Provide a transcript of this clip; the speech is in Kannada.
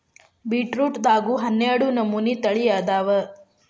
ಬೇಟ್ರೂಟದಾಗು ಹನ್ನಾಡ ನಮನಿ ತಳಿ ಅದಾವ